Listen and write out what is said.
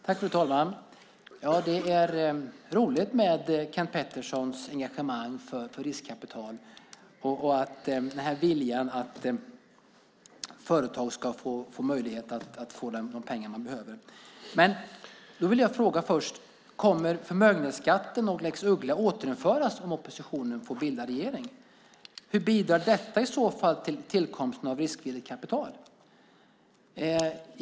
Fru talman! Det är roligt med Kent Perssons engagemang för riskkapital och viljan att företag ska få möjlighet att få de pengar de behöver. Då vill jag fråga först: Kommer förmögenhetsskatten och lex Uggla att återinföras om oppositionen får bilda regering? Hur bidrar detta i så fall till tillkomsten av riskvilligt kapital?